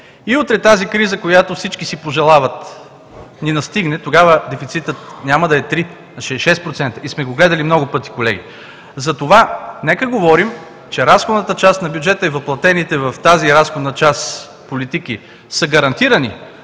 и утре тази криза, която всички си пожелават, ни настигне, тогава дефицитът няма да е три, а ще е шест процента и сме го гледали много пъти, колеги. Затова нека говорим, че разходната част на бюджета и въплътените в тази разходна част политики са гарантирани,